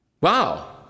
Wow